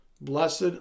blessed